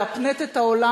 אתה לא משתלט עליהם.